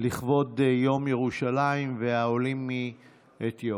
לכבוד יום ירושלים והעולים מאתיופיה.